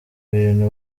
bintu